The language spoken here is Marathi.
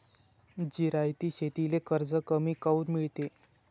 जिरायती शेतीले कर्ज कमी काऊन मिळते?